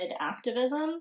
activism